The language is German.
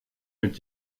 mit